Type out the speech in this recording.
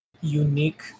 unique